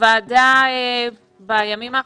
הוועדה בימים האחרונים,